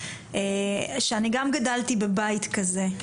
שאני גם גדלתי בבית כזה.